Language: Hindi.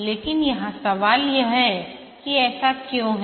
लेकिन यहां सवाल यह हैकि ऐसा क्यों है